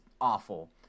awful